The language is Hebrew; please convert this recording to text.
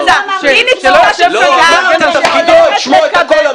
הוא לא פה להגן על שמו הטוב,